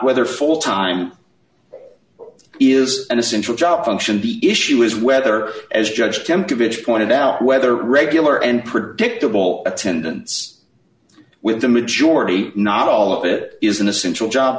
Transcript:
whether full time is an essential job function the issue is whether as judge kemp to bitch pointed out whether regular and predictable attendance with the majority not all of it is an essential job